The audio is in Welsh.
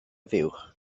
fuwch